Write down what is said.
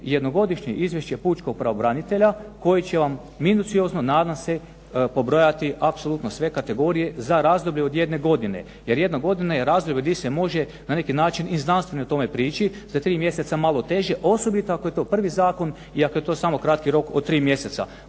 jednogodišnje izvješće pučkog pravobranitelja koje će vam minuciozno nadam se pobrojati apsolutno sve kategorije za razdoblje od jedne godine jer jedna godina je razdoblje gdje se može na neki način i znanstveno tome prići, tri mjeseca malo teže osobito ako je to prvi zakon i ako je to samo kratki rok od tri mjeseca.